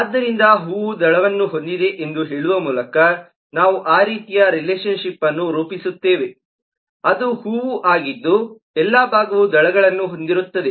ಆದ್ದರಿಂದ ಹೂವು ದಳವನ್ನು ಹೊಂದಿದೆ ಎಂದು ಹೇಳುವ ಮೂಲಕ ನಾವು ಆ ರೀತಿಯ ರಿಲೇಶನ್ ಶಿಪ್ಅನ್ನು ರೂಪಿಸುತ್ತೇವೆ ಅದು ಹೂವು ಆಗಿದ್ದು ಎಲ್ಲಾ ಭಾಗವು ದಳಗಳನ್ನು ಹೊಂದಿರುತ್ತದೆ